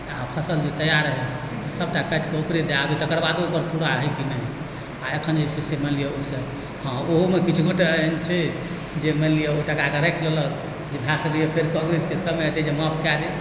आओर फसल जे तैयार होइत तऽ सबटा काटिकऽ ओकरे दए आबै तकर बादो ओकर पूरा होइ कि नहि होइ आओर एखन जे छै से मानि लिअ ओहिसँ हँ ओहोमे किछु गोटे एहन छै जे मानि लिअ ओहि टाकाकेँ राखि लेलक जे भए सकैए जे फेर काङ्ग्रेसके समय एतैक जे माफ कए देत